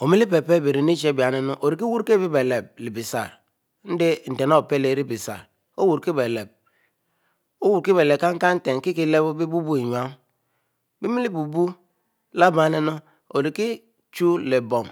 òmele pele be-reneche abinunue ò eriki wurikebile bisare enjie nten á ò pelo abiyie erilebischre. Ò wukibile cancannten. labianunu, ò eriki chuwu le-bom